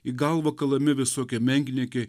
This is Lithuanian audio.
į galvą kalami visokie menkniekiai